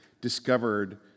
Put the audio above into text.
discovered